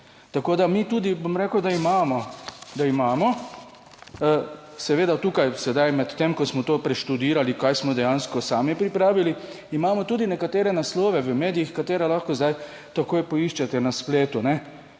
Tako da mi tudi, bom rekel, da imamo, da imamo seveda tukaj sedaj med tem, ko smo to preštudirali, kaj smo dejansko sami pripravili, imamo tudi nekatere naslove v medijih, katere lahko zdaj takoj poiščete na spletu,